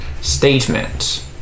Statement